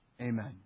Amen